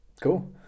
Cool